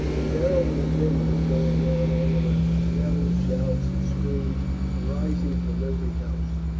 a terrible din was going on all round yells, shouts, and screams arising from every house.